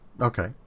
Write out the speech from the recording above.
Okay